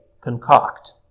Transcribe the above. concoct